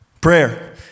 Prayer